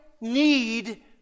need